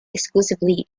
exclusively